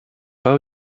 pas